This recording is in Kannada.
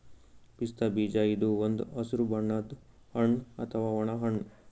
ಪಿಸ್ತಾ ಬೀಜ ಇದು ಒಂದ್ ಹಸ್ರ್ ಬಣ್ಣದ್ ಹಣ್ಣ್ ಅಥವಾ ಒಣ ಹಣ್ಣ್